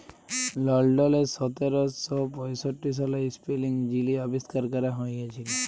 লল্ডলে সতের শ পঁয়ষট্টি সালে ইস্পিলিং যিলি আবিষ্কার ক্যরা হঁইয়েছিল